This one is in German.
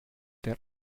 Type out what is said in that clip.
der